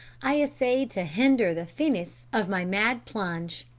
i essayed to hinder the finis of my mad plunge.